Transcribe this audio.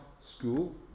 school